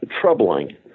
troubling